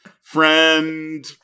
friend